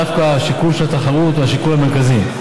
דווקא השיקול של התחרות הוא השיקול המרכזי.